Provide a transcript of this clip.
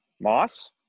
Moss